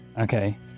Okay